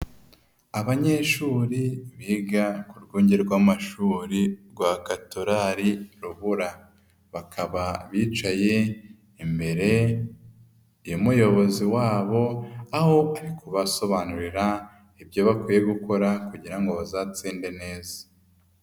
Abanyeshuri biga ku rwunge rw'amashuri rwa Katorali Rubura, bakaba bicaye imbere y'umuyobozi wabo, aho ari kubasobanurira ibyo bakwiye gukora, kugira ngo bazatsinde neza.